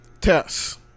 tests